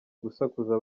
gusakuza